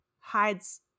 hides